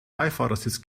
beifahrersitz